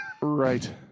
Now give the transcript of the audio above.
Right